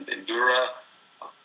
Endura